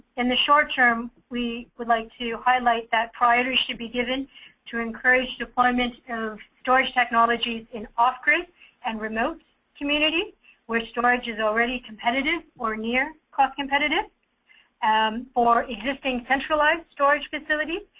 in the short term, we would like to highlight that priority should be given to encourage the deployment of storage technology in off-grid and remote community which storage is already competitive or near cost competitive um for existing centralized storage facility.